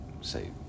say